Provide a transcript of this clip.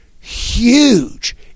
huge